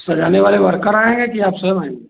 सजाने वाले वर्कर आएँगे कि आप स्वयं आएँगे